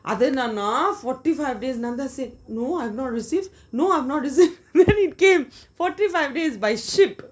அது என்னனா:athu ennana forty five days nanda said no I have not received no I have not received then it came forty five days by ship